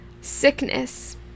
sickness